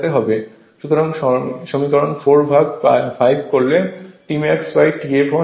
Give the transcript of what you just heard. সুতরাং সমীকরণ 4 ভাগ সমীকরণ 5 করলে T maxT fl এই রাশিটি পাব